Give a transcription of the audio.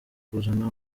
kuzana